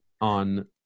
on